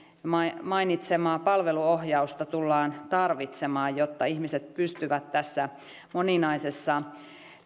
mainitsemaa palveluohjausta tullaan tarvitsemaan jotta ihmiset pystyvät tässä moninaisessa